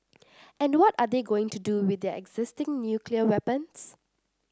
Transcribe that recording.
and what are they going to do with their existing nuclear weapons